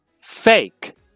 Fake